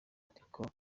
ariko